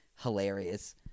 hilarious